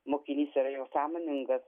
mokinys yra jau sąmoningas